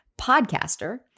podcaster